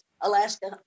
Alaska